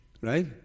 Right